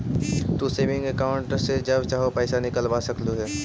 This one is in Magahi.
तू सेविंग अकाउंट से जब चाहो पैसे निकलवा सकलू हे